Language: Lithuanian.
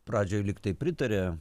pradžioj lyg tai pritarė